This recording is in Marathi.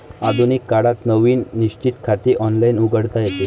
आधुनिक काळात नवीन निश्चित खाते ऑनलाइन उघडता येते